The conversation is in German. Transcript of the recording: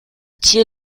tier